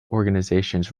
organizations